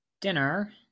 Dinner